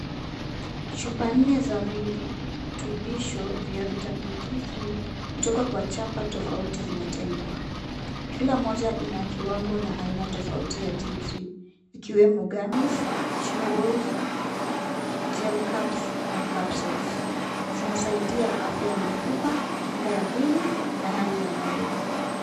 Chupa nne za virutubisho vya Vitamin D3 kutoka kwa chapa tofauti zimetengwa. Kila moja ina kiwango na inatofauti ya [cs[D3 ikiwemo Gummies, chewable, gelcaps na Capsules . Zinasaidia afya ya mifupa, kinga ya mwili na hali ya moyo.